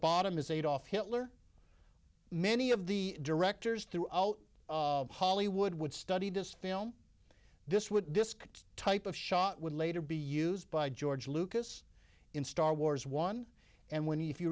bottom is adolf hitler many of the directors throughout hollywood would study this film this would disk type of shot would later be used by george lucas in star wars one and when if you